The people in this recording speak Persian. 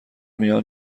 میان